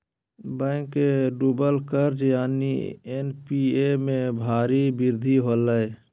bank के डूबल कर्ज यानि एन.पी.ए में भारी वृद्धि होलय